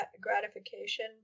gratification